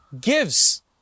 gives